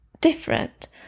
different